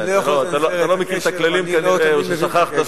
אתה לא מכיר את הכללים, כנראה, או ששכחת.